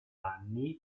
anni